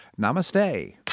Namaste